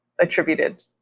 attributed